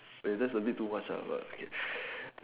wait that's abit too much but okay